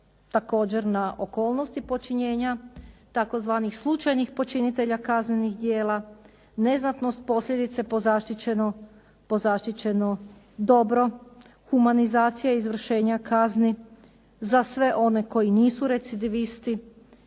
također na okolnosti počinjenja, tzv. slučajnih počinitelja kaznenih djela, neznanost posljedice po zaštićeno dobro, humanizacija izvršenja kazni za sve one koji nisu recidivisti